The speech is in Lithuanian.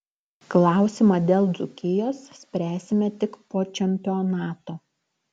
klausimą dėl dzūkijos spręsime tik po čempionato